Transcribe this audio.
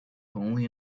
only